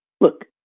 look